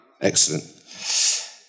excellent